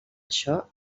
això